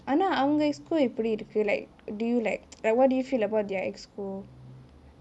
ஆனா அவங்க:aana avangae executive committee எப்டி இருக்கு:epdi irukku like do you like like what do you feel about their executive committee